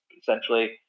essentially